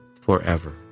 forever